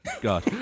god